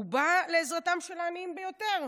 הוא בא לעזרתם של העניים ביותר".